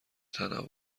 تنوع